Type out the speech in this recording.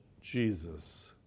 Jesus